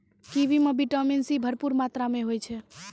kiwi म vitamin C भरपूर मात्रा में होय छै